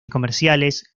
comerciales